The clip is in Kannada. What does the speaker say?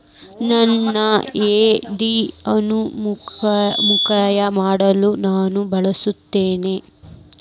ನನ್ನ ಎಫ್.ಡಿ ಅನ್ನು ಮುಕ್ತಾಯ ಮಾಡಲು ನಾನು ಬಯಸುತ್ತೇನೆ